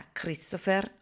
Christopher